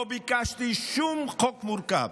לא ביקשתי שום חוק מורכב,